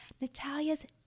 Natalia's